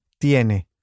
tiene